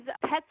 pets